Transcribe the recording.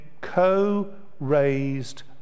co-raised